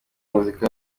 muzika